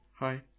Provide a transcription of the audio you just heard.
Hi